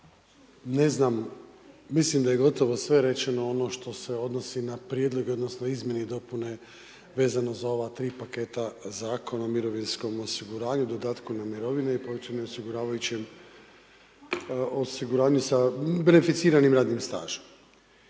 ne znam, mislim da je gotovo sve rečeno ono što se odnosi na prijedlog odnosno izmjene i dopune vezano za ova tri paketa Zakona o mirovinskom osiguranju, dodatku na mirovine i .../Govornik se ne razumije./... osiguranju sa, beneficiranim radnim stažem.